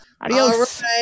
Adios